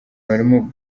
barimo